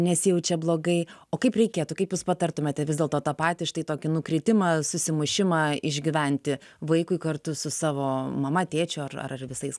nesijaučia blogai o kaip reikėtų kaip jūs patartumėte vis dėlto tą patirtį tokį nukritimą susimušimą išgyventi vaikui kartu su savo mama tėčiu ar ar visais